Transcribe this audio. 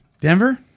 denver